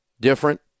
Different